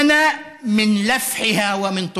אנחנו קורצנו מירושלים.